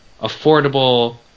affordable